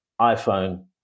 iPhone